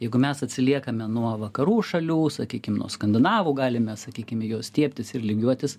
jeigu mes atsiliekame nuo vakarų šalių sakykim nuo skandinavų galime sakykim į juos stiebtis ir lygiuotis